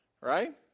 Right